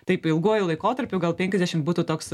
taip ilguoju laikotarpiu gal penkiasdešim būtų toks